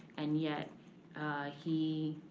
and yet he